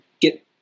get